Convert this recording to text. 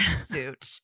suit